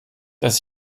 dass